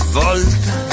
volta